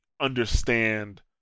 understand